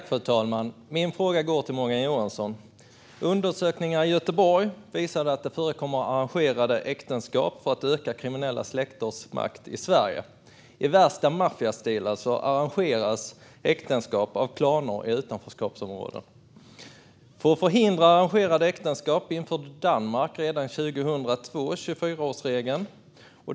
Fru talman! Min fråga går till Morgan Johansson. Undersökningar i Göteborg visar att det förekommer arrangerade äktenskap för att öka kriminella släkters makt i Sverige. I värsta maffiastil arrangeras äktenskap av klaner i utanförskapsområden. För att förhindra arrangerade äktenskap införde Danmark redan år 2002 en 24-årsregel.